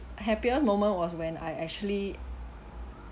happiest moment was when I actually